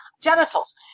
genitals